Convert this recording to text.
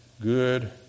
good